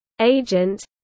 agent